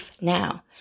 now